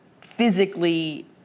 physically